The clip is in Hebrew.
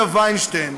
וינשטיין,